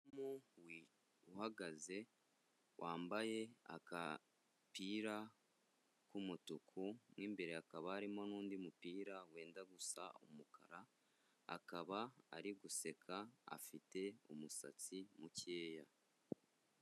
Uhagaze wambaye agapira k'umutuku mo imbere hakaba harimo n'undi mupira wenda gusa umukara, akaba ari guseka, afite umusatsi mukeya.